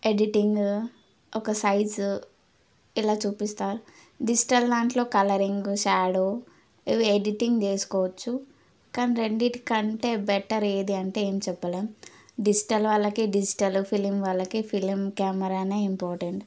editing ఒక size ఇలా చూపిస్తా డిజిటల్ దాంట్లో కలరింగ్ షాడో ఎడిటింగ్ చేసుకోవచ్చు కానీ రెండింటి కంటే బెటర్ ఏది అంటే ఏం చెప్పలేం డిజిటల్ వాళ్ళకి డిజిటల్ ఫిలిం వాళ్ళకి ఫిలిం కెమెరానే ఇంపార్టెంట్